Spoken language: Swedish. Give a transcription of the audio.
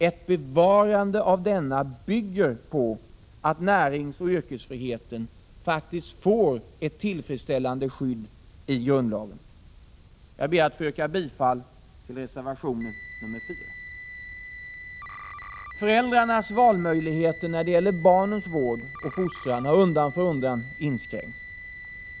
Ett bevarande av denna bygger på att näringsoch yrkesfriheten faktiskt får ett tillfredsställande skydd i grundlagen. Jag ber att få yrka bifall till reservation nr 4. Föräldrarnas valmöjligheter när det gäller barnens vård och fostran har undan för undan inskränkts.